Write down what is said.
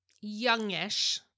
youngish